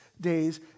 days